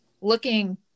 Looking